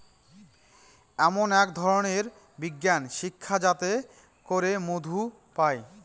এমন এক ধরনের বিজ্ঞান শিক্ষা যাতে করে মধু পায়